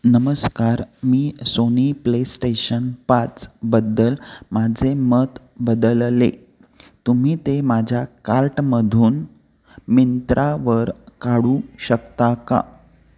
नमस्कार मी Sony PlayStation पाचबद्दल माझे मत बदलले तुम्ही ते माझ्या कार्टमधून मिंत्रावर काढू शकता का